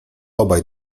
obaj